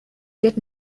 did